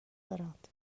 دارند